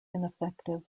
ineffective